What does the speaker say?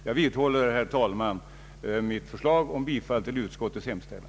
Jag vidhåller, herr talman, mitt förslag om bifall till utskottets hemställan.